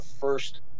First